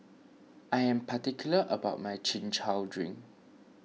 I am particular about my Chin Chow Drink